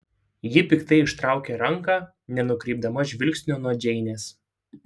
ji piktai ištraukė ranką nenukreipdama žvilgsnio nuo džeinės